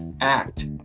act